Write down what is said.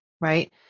right